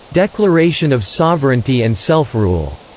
declaration of sovereignty and self-rule